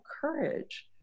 courage